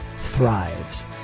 thrives